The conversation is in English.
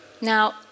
Now